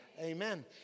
amen